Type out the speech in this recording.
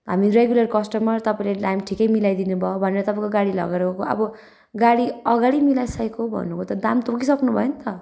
हामी regular customer तपाईँले दाम ठिकै मिलाइदिनु भयो भनेर तपाईँको गाडी लिएर गएको अब गाडी अगाडि मिलाइसकेको भन्नुभयो त दाम तोकिसक्नु भयो नि त